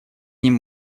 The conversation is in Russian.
ним